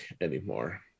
anymore